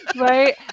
Right